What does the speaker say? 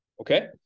Okay